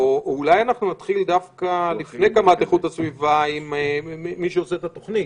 או שאולי נתחיל דווקא עם מי שעושה את התוכנית.